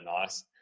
nice